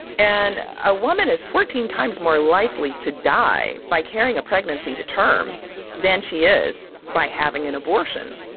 and a woman is fourteen times more likely to die by carrying a pregnancy to term than she is by having an abortion.